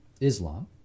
Islam